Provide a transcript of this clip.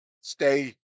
stay